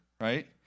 right